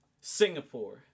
Singapore